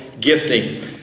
gifting